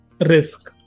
risk